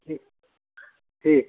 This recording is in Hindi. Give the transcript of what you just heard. जी ठीक